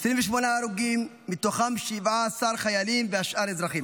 28 הרוגים ומתוכם 17 חיילים והשאר אזרחים,